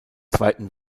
zweiten